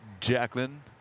Jacqueline